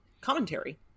commentary